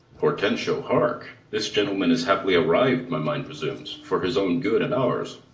hortensio, hark this gentleman is happily arriv'd, my mind presumes, for his own good and ours.